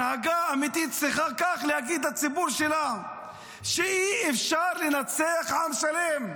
הנהגה אמיתית צריכה להגיד לציבור שלה כך: אי-אפשר לנצח עם שלם,